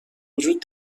وجود